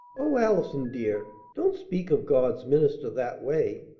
o allison, dear! don't speak of god's minister that way!